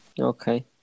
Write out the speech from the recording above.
Okay